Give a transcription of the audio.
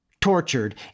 tortured